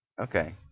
Okay